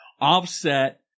offset